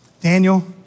Daniel